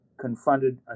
confronted